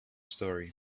story